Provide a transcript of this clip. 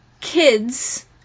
kids